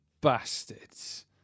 bastards